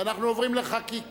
ואנחנו עוברים לחקיקה